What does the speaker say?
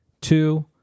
Two